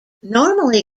normally